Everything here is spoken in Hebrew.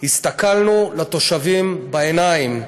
הסתכלנו לתושבים בעיניים,